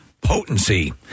potency